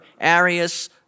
Arius